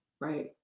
right